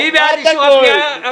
מי בעד אישור הפניות?